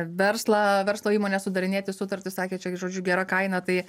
verslą verslo įmones sudarinėti sutartis sakė čia žodžiu gera kaina tai